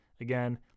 Again